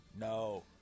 No